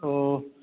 ओ